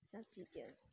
现在几点